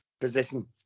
position